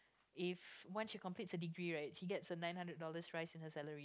if once she complete your degree right she get a nine hundred dollars in her salary